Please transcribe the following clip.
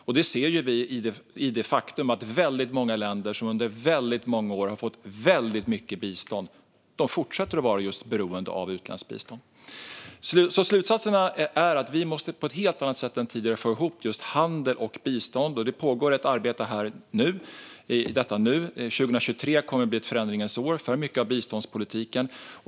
Att de inte är det ser vi i det faktum att väldigt många länder som under många har fått mycket bistånd fortsätter att vara just beroende av utländskt bistånd. Slutsatserna är därför att vi på ett helt annat sätt än tidigare måste få ihop handel och bistånd. Det pågår ett arbete med det i detta nu; 2023 kommer att bli ett förändringens år för mycket av biståndspolitiken.